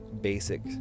basic